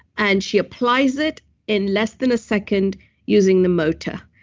and she applies it in less than a second using the motor.